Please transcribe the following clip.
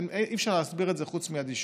אי-אפשר להסביר את זה חוץ מאדישות,